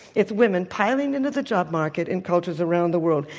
it's women piling into the job market in cultures around the world.